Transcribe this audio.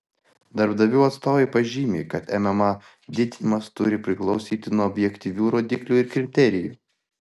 darbdavių atstovai pažymi kad mma didinimas turi priklausyti nuo objektyvių rodiklių ir kriterijų